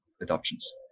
adoptions